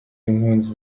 impunzi